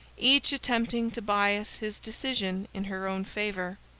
each attempting to bias his decision in her own favor.